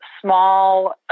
small